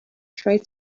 try